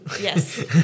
Yes